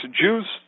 Jews